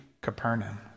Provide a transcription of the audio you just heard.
Capernaum